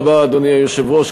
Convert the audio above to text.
אדוני היושב-ראש,